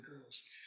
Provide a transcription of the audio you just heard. girls